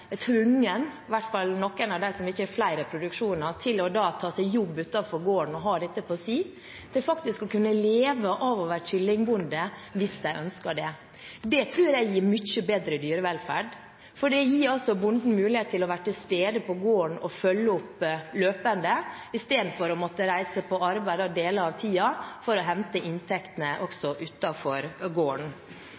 hvert fall noen av dem som ikke har flere produksjoner – til å ta seg jobb utenfor gården og ha dette på si, faktisk skal kunne leve av å være kyllingbonde, hvis de ønsker det. Det tror jeg gir mye bedre dyrevelferd, for det gir bonden mulighet til å være til stede på gården og følge opp løpende istedenfor å måtte reise på arbeid deler av tiden for å hente inntekter også utenfor gården.